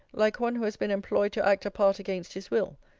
like one who has been employed to act a part against his will,